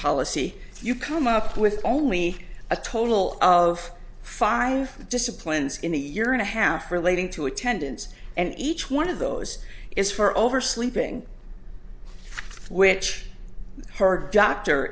policy you come up with only a total of five disciplines in a year and a half relating to attendance and each one of those is for oversleeping which her doctor